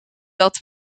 dat